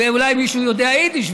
ואולי מישהו יודע יידיש,